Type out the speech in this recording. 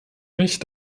mich